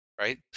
Right